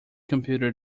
computer